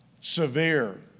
Severe